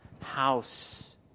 house